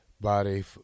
body